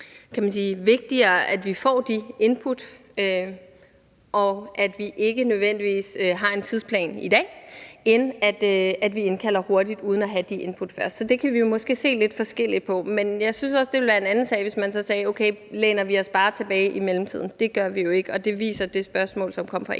det er vigtigere, at vi får de input, og at vi ikke nødvendigvis har en tidsplan i dag, end at vi indkalder til forhandlinger hurtigt uden at have de input først. Så det kan vi jo måske se lidt forskelligt på. Men jeg synes også, det ville være en anden sag, hvis man sagde: Okay, nu læner vi os bare tilbage i mellemtiden. Det gør vi jo ikke, og det viser det spørgsmål, som kom fra